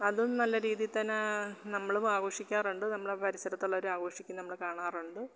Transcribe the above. അതും നല്ല രീതി തന്നെ നമ്മളും ആഘോഷിക്കാറുണ്ട് നമ്മളെ പരിസരത്തുള്ളവരും ആഘോഷിക്കുന്നത് നമ്മൾ കാണാറുണ്ട്